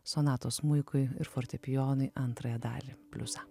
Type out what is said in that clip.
sonatos smuikui ir fortepijonui antrąją dalį pliusą